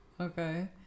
Okay